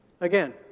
again